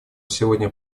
сегодня